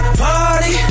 party